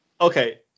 Okay